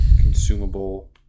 consumable